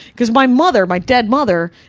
because my mother, my dead mother,